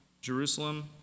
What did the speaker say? Jerusalem